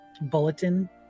bulletin